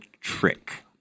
trick